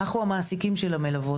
אנחנו המעסיקים של המלוות.